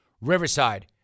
Riverside